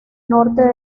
norte